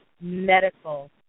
medical